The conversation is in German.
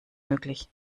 möglich